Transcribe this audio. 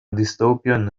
dystopian